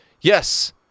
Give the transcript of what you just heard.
Yes